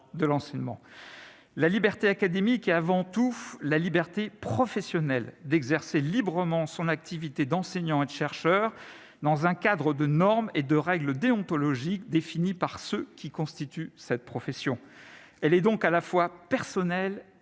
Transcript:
de l'enseignement, la liberté académique et avant tout la liberté professionnelle d'exercer librement son activité d'enseignants et chercheurs dans un cadre de normes et de règles déontologiques définies par ce qui constitue cette profession, elle est donc à la fois personnels